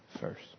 first